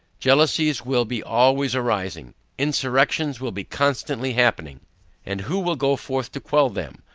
jealousies will be always arising insurrections will be constantly happening and who will go forth to quell them?